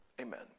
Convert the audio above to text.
Amen